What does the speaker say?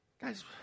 Guys